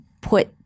put